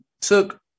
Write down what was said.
took